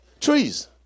trees